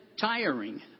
tiring